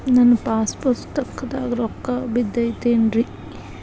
ನನ್ನ ಪಾಸ್ ಪುಸ್ತಕದಾಗ ರೊಕ್ಕ ಬಿದ್ದೈತೇನ್ರಿ?